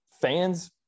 fans